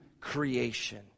creation